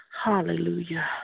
Hallelujah